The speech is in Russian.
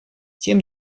тем